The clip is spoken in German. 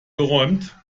geräumt